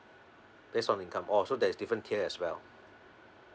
based on income oh so there's different tier as well